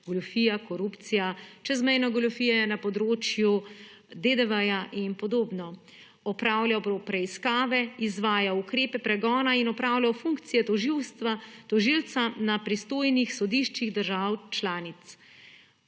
goljufije, korupcije, čezmejne goljufije na področju DDV-ja in podobno. Opravljal bo preiskave, izvajal ukrepe pregona in opravljal funkcije tožilstva, tožilca na pristojnih sodiščih držav članic.